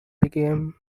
became